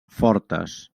fortes